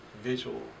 visual